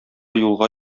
юлга